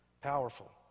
Powerful